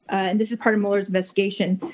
and this is part of mueller's investigation,